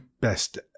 best